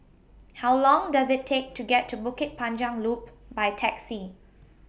How Long Does IT Take to get to Bukit Panjang Loop By Taxi